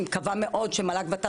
מקווה מאוד שהמועצה להשכלה גבוהה והוועדה